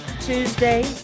tuesday